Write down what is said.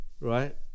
right